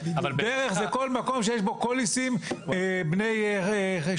"דרך" זה כל מקום שיש בו קוליסים בני שנה.